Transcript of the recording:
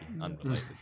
unrelated